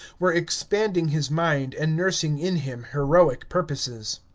were expanding his mind and nursing in him heroic purposes.